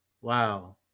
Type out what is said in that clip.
wow